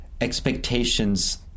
expectations